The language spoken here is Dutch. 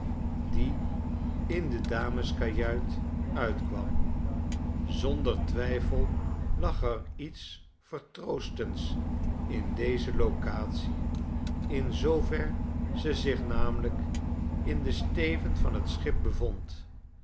die in de dameskajuit uitkwam zonder twijfel lag er iets vertroostends in deze locatie in zoover ze zich namelijk in den steven van t schip bevond